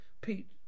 Pete